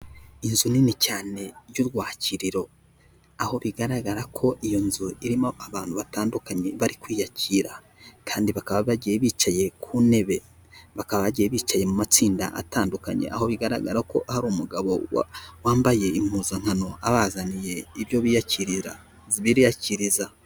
Inzu nini cyane y'urwakiriro, aho bigaragara ko iyo nzu irimo abantu batandukanye bari kwiyakira, kandi bakaba bagiye bicaye ku ntebe, bakaba bagiye bicaye mu matsinda atandukanye, aho bigaragara ko hari umugabo wambaye impuzankano, abazaniye ibyo biyakirira biyakiriza.